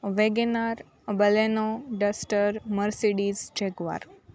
Wagon R Baleno duster Mercedes jaguar